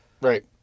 right